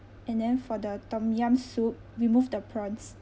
and then for the tom yam soup remove the prawns